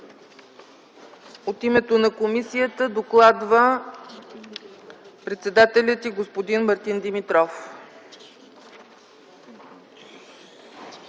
От името на комисията докладва председателят й господин Мартин Димитров.